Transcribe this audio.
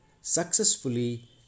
successfully